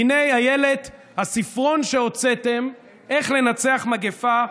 הינה, אילת, הספרון שהוצאתם, "איך לנצח מגפה".